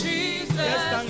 Jesus